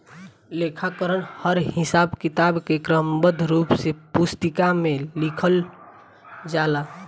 लेखाकरण हर हिसाब किताब के क्रमबद्ध रूप से पुस्तिका में लिखल जाला